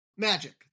Magic